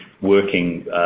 working